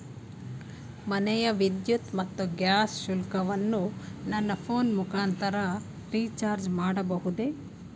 ಮನೆಯ ವಿದ್ಯುತ್ ಮತ್ತು ಗ್ಯಾಸ್ ಶುಲ್ಕವನ್ನು ನನ್ನ ಫೋನ್ ಮುಖಾಂತರ ರಿಚಾರ್ಜ್ ಮಾಡಬಹುದೇ?